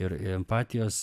ir empatijos